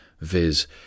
viz